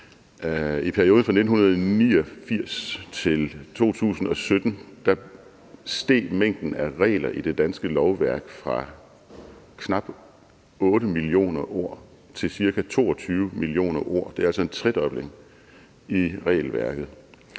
I perioden fra 1989 til 2017 steg mængden af regler i det danske lovværk fra knap 8 millioner ord til ca. 22 millioner ord, altså en tredobling i regelværket,